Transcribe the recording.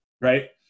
right